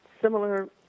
similar